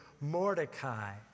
Mordecai